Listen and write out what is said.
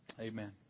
amen